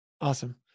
awesome